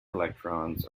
electrons